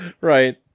Right